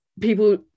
People